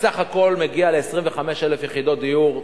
בסך הכול מגיע ל-25,000 יחידות דיור.